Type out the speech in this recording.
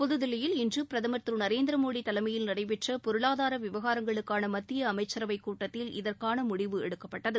புதுதில்லியில் இன்று பிரதமர் திரு நரேந்திர மோடி தலைமையில் நடைபெற்ற பொருளாதார விவகாரங்களுக்கான மத்திய அமைச்சரவை கூட்டத்தில் இதற்கான முடிவு எடுக்கப்பட்டது